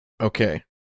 Okay